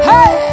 Hey